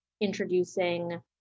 introducing